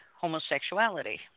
homosexuality